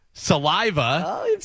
Saliva